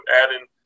adding